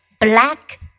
black